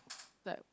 like